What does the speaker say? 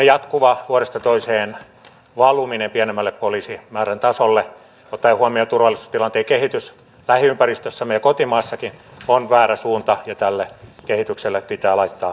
tämmöinen vuodesta toiseen jatkuva valuminen pienemmälle poliisimäärän tasolle ottaen huomioon turvallisuustilanteen kehityksen lähiympäristössämme ja kotimaassakin on väärä suunta ja tälle kehitykselle pitää laittaa piste